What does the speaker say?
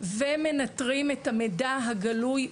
ומנתרים את המידע הגלוי ברשת.